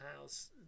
house